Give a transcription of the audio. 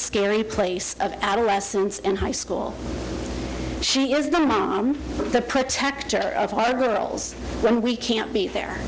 scary place of adolescence and high school she is the mom the protector of our girls when we can't be there